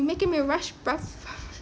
you making me rush